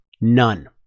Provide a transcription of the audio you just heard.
none